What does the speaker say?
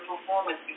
performance